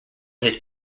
his